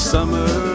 Summer